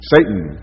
Satan